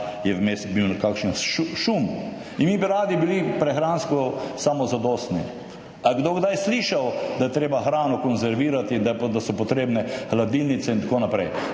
je bil vmes kakšen šum. In mi bi radi bili prehransko samozadostni. A je kdo kdaj slišal, da je treba hrano konzervirati, da so potrebne hladilnice in tako naprej?